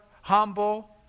humble